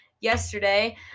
yesterday